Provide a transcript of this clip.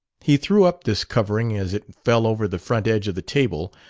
he threw up this covering as it fell over the front edge of the table,